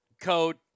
Code